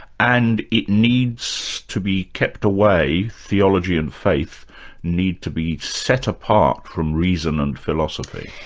and it needs to be kept away, theology and faith need to be set apart from reason and philosophy.